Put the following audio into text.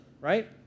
right